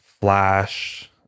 flash